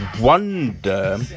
Wonder